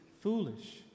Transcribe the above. foolish